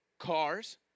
cars